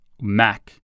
Mac